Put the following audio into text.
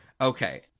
Okay